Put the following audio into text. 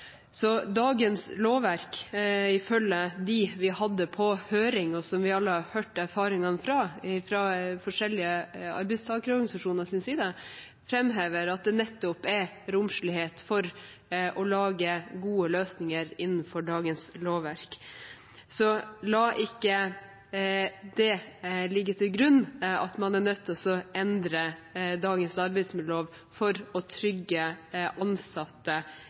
Dagens lovverk, ifølge dem vi hadde på høring, og som vi alle har hørt erfaringene til – fra forskjellige arbeidstakerorganisasjoners side – framhever at det nettopp er romslighet for å lage gode løsninger innenfor dagens lovverk. Så la ikke det ligge til grunn at man er nødt til å endre dagens arbeidsmiljølov for å trygge ansatte